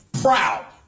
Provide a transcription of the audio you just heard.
proud